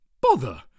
Bother